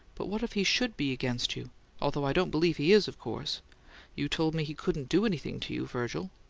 but what if he should be against you although i don't believe he is, of course you told me he couldn't do anything to you, virgil.